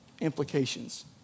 implications